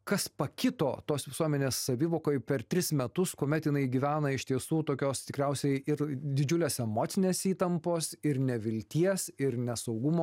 kas pakito tos visuomenės savivokoj per tris metus kuomet jinai gyvena iš tiesų tokios tikriausiai ir didžiulės emocinės įtampos ir nevilties ir nesaugumo